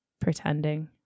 pretending